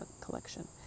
collection